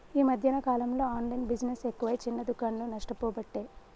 ఈ మధ్యన కాలంలో ఆన్లైన్ బిజినెస్ ఎక్కువై చిన్న దుకాండ్లు నష్టపోబట్టే